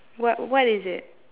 what what is it